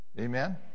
Amen